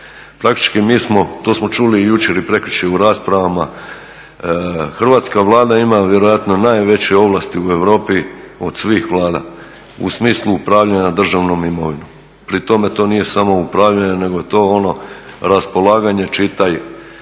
Praktički mi smo, to smo čuli jučer i prekjučer u raspravama, Hrvatska Vlada ima vjerojatno najveće ovlasti u Europi od svih Vlada, u smislu upravljanja državnom imovinom. Pri tome to nije samo upravljanje, nego je to ono raspolaganje,